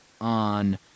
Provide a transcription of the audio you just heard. on